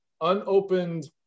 unopened